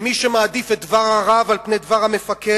מי שמעדיף את דבר הרב על פני דבר המפקד,